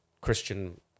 Christian